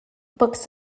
books